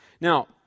Now